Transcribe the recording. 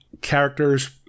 characters